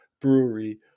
brewery